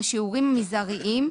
זה.